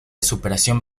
superación